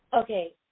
Okay